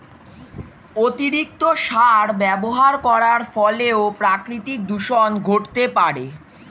অতিরিক্ত সার ব্যবহার করার ফলেও প্রাকৃতিক দূষন ঘটতে পারে